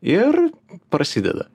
ir prasideda